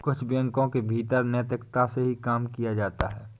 कुछ बैंकों के भीतर नैतिकता से ही काम किया जाता है